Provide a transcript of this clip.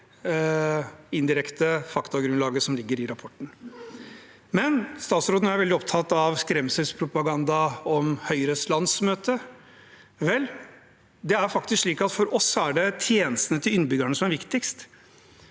indirekte faktagrunnlaget som ligger i rapporten, men statsråden er veldig opptatt av skremselspropaganda fra Høyres landsmøte. Vel, det er faktisk slik at for oss er det tjenestene til innbyggerne som er viktigst.